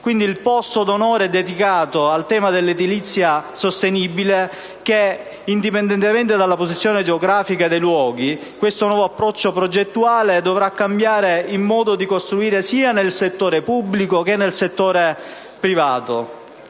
quindi il posto d'onore è dedicato al tema dell'edilizia sostenibile e, indipendentemente dalla posizione geografica dei luoghi, questo nuovo approccio progettuale dovrà cambiare il modo di costruire nei settori sia pubblico che privato.